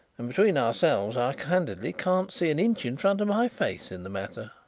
and, between ourselves, i candidly can't see an inch in front of my face in the matter.